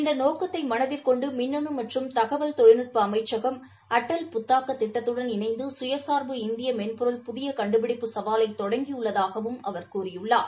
இந்த நோக்கத்தை மனதிற் கொண்டு மின்னனு மற்றும் தகவல் தொழில்நுட்ப அமைச்சகம் அடல் புத்தாக்க திட்டத்துடள் இணைந்து சுயசார்பு இந்திய மென்பொருள் புதிய கண்டுபிடிப்பு சவாலை தொடங்கியுள்ளதாகவும் அவர் கூறியுள்ளார்